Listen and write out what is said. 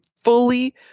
fully